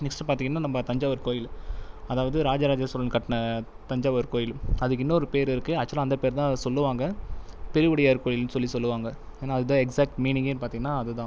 next பார்த்தீங்கன்னா நம்ம தஞ்சாவூர் கோவில் அதாவது ராஜாராஜா சோழன் கட்டுன தஞ்சாவூர் கோவில் அதுக்கு இன்னொரு பேரு இருக்குது ஆக்ஜூவலா அந்த பேருதான் சொல்லுவாங்கள் பெருவுடையார் கோவில்லுன்னு சொல்லி சொல்லுவாங்கள் அதுதான் எக்ஸாக்ட் மீனிங்கே பார்த்தீங்கன்னா அதுதான்